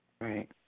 Right